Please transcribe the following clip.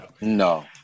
No